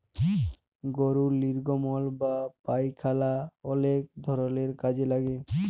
গরুর লির্গমল বা পায়খালা অলেক ধরলের কাজে লাগে